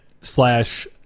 slash